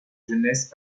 jeunesses